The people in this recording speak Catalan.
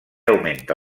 augmenta